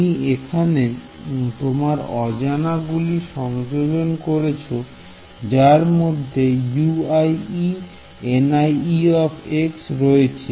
তুমি এখানে তোমার অজানা গুলি সংযোজন করছে যার মধ্যে রয়েছে